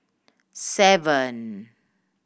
seven